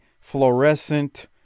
fluorescent